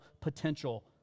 potential